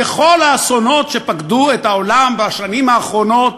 בכל האסונות שפקדו את העולם בשנים האחרונות,